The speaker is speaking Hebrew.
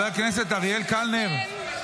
אלה